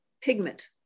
pigment